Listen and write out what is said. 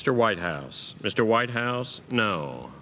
mr white house mr whitehouse no